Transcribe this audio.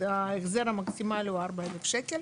ההחזר המקסימלי הוא 4,000 שקל.